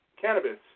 cannabis